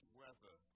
weather